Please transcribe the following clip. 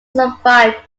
survived